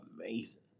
amazing